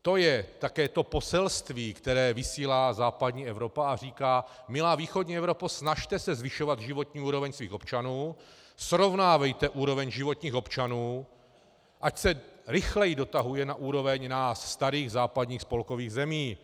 To je také to poselství, které vysílá západní Evropa a říká: milá východní Evropo, snažte se zvyšovat životní úroveň svých občanů, srovnávejte životní úroveň občanů, ať se rychleji dotahuje na úroveň nás, starých západních spolkových zemí.